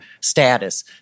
status